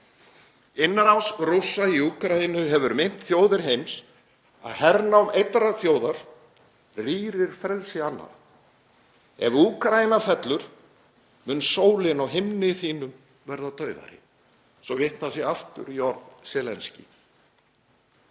Innrás Rússa í Úkraínu hefur minnt þjóðir heims á að hernám einnar þjóðar rýrir frelsi annarra. Ef Úkraína fellur mun sólin á himni þínum verða daufari, svo vitnað sé aftur í orð sem Zelenskís.